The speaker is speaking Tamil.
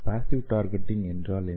பேஸ்ஸிவ் டார்கெட்டிங் என்றால் என்ன